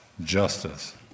justice